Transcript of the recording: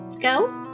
go